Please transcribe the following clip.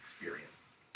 experience